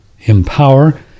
EMPOWER